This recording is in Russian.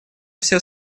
все